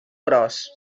gros